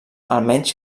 almenys